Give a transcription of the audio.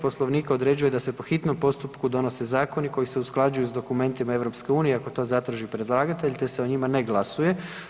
Poslovnika određuje da se po hitnom postupku donose zakoni koji se usklađuju s dokumentima EU-e, ako to zatraži predlagatelj te se o njima ne glasuje.